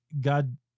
God